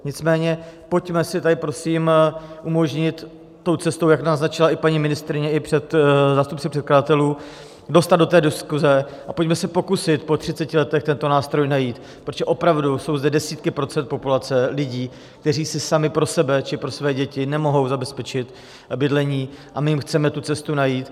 Nicméně pojďme tady prosím umožnit se tou cestou, jak naznačila i paní ministryně i před zástupci předkladatelů, dostat do diskuze a pojďme se pokusit po třiceti letech tento nástroj najít, protože opravdu jsou zde desítky procent populace, lidí, kteří si sami pro sebe či pro svoje děti nemohou zabezpečit bydlení, a my jim chceme tu cestu najít.